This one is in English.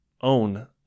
own